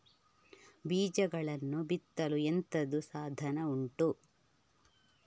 ಬೀಜಗಳನ್ನು ಬಿತ್ತಲು ಎಂತದು ಸಾಧನ ಉಂಟು?